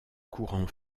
courants